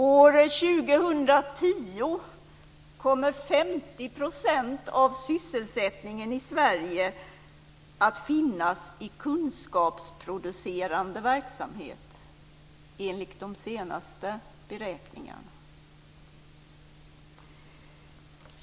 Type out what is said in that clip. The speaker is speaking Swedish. År 2010 kommer 50 % av sysselsättningen i Sverige att finnas i kunskapsproducerande verksamhet, enligt de senaste beräkningarna.